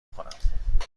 کنم